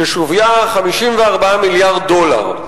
ששוויה 54 מיליארד דולר,